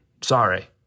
Sorry